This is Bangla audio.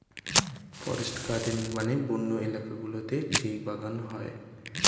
ফরেস্ট গার্ডেনিং মানে বন্য এলাকা গুলোতে যেই বাগান হয়